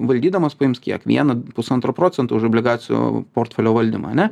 valdydamas paims kiek vieną pusantro procento už obligacijų portfelio valdymą ane